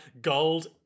Gold